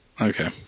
Okay